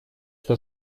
что